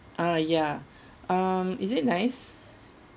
ah yeah um is it nice